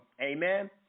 Amen